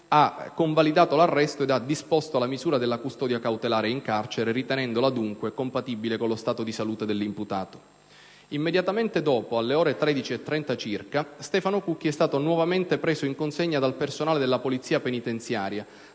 ha convalidato l'arresto ed ha disposto la misura della custodia cautelare in carcere, ritenendola dunque compatibile con lo stato di salute dell'imputato. Immediatamente dopo, alle ore 13,30 circa, Stefano Cucchi è stato nuovamente preso in consegna dal personale della polizia penitenziaria,